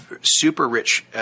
super-rich